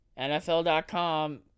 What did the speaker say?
NFL.com